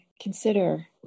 consider